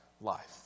life